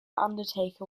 undertaker